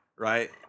Right